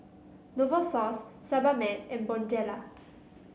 Novosource Sebamed and Bonjela